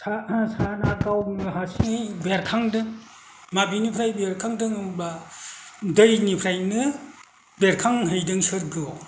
सानआ गावनो हारसिङै बेरखांदों माबेनिफ्राय बेरखांदों होनोबा दैनिफ्रायनो बेरखांहैदों सोरगोआव